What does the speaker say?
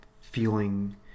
Feeling